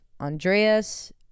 Andreas